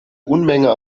unmenge